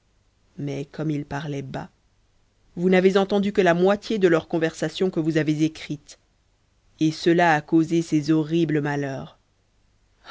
mais comme ils parlaient bas vous n'avez entendu que la moitié de leur conversation que vous avez écrite et cela a causé ces horribles malheurs